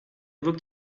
looked